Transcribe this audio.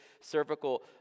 cervical